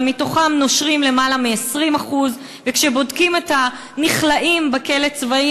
אבל מתוכם נושרים למעלה מ-20%; וכשבודקים את הנכלאים בכלא צבאי